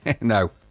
No